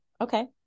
Okay